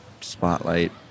spotlight